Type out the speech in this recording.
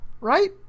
Right